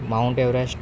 mount everest